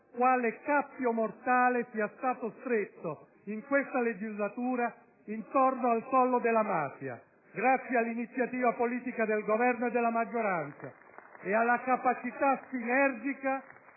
quale cappio mortale sia stato stretto in questa legislatura intorno al collo della mafia, grazie all'iniziativa politica del Governo e della maggioranza *(Applausi